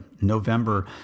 November